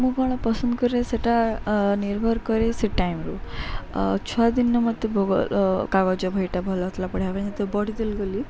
ମୁଁ କଣ ପସନ୍ଦ କରେ ସେଟା ନିର୍ଭର କରେ ସେ ଟାଇମରୁ ଛୁଆଦିନ ମତେ ଭୋଗ କାଗଜ ଭଇଟା ଭଲ ଗତ୍ଲା ପଢ଼ିବାବା ପାଇଁ ଯେତେ ବଢ଼ଦେଲି ଗଲି